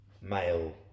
male